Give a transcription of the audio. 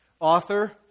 Author